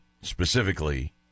specifically